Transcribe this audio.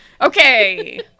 Okay